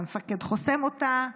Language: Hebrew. והמפקד חוסם אותה.